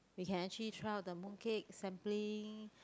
we can actually try out the mooncake sampling